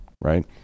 right